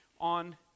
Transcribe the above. on